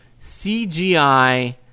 CGI